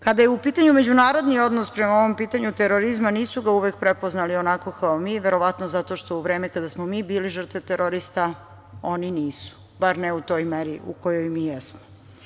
Kada je u pitanju međunarodni odnos prema ovom pitanju terorizma nisu ga uvek prepoznali onako kao mi verovatno zato što u vreme kada smo mi bili žrtve terorista oni nisu, bar ne u toj meri u kojoj mi jesmo.